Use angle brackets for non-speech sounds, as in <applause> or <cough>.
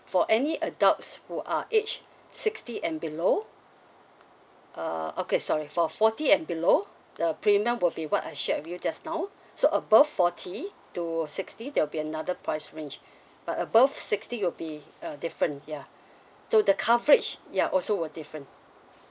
for any adults who are aged sixty and below uh okay sorry for forty and below the premium will be what I shared with you just now so above forty to sixty that'll be another price range <breath> but above sixty will be uh different ya so the coverage ya also will different